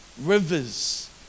rivers